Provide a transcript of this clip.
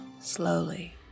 slowly